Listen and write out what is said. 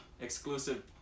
exclusive